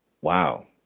wow